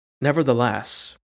Nevertheless